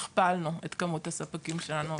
הכפלנו את כמות הספקים שלנו.